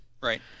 Right